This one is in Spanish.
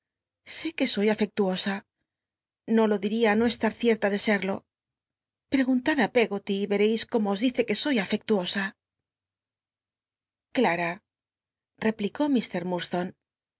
sé que soy afectuosa no lo diría i no est u cierta de scl'lo pre ue soy gun tad ü peggoty y rereis cómo os dice c afectuosa clara replicó